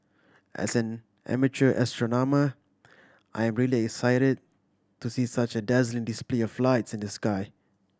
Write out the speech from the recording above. as an amateur astronomer I am really excited to see such a dazzling display of lights in the sky